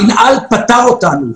המינהל פטר אותנו.